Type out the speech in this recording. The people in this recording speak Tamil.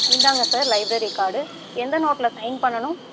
இந்தாங்க சார் லைப்ரரி கார்டு எந்த நோட்டில் சைன் பண்ணனும்